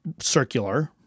circular